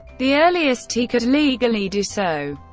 the earliest he could legally do so.